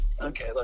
okay